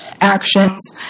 actions